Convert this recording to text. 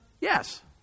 yes